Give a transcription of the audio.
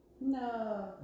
No